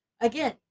Again